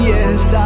Yes